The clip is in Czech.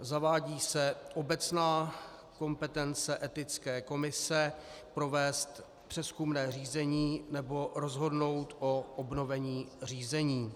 Zavádí se obecná kompetence Etické komise provést přezkumné řízení nebo rozhodnout o obnovení řízení.